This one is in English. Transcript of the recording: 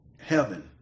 heaven